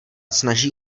snaží